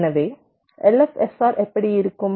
எனவே LFSR எப்படி இருக்கும்